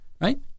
right